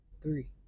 three